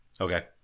Okay